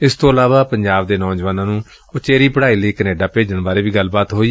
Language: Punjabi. ਇਸ ਤੋਂ ਇਲਾਵਾ ਪੰਜਾਬ ਦੇ ਨੌਜਵਾਨ ਨੂੰ ਉਚੇਰੀ ਪੜਾਈ ਲਈ ਕੈਨੇਡਾ ਭੇਜਣ ਬਾਰੇ ਵੀ ਗੱਲਬਾਤ ਹੋਈ